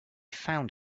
found